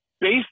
Based